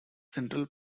central